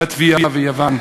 לטביה ויוון.